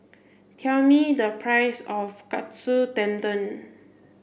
tell me the price of Katsu Tendon